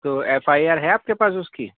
تو F I R ہے آپ کے پاس اس کی